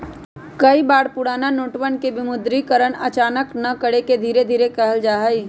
कई बार पुराना नोटवन के विमुद्रीकरण अचानक न करके धीरे धीरे कइल जाहई